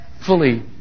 fully